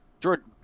Jordan